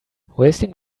wasting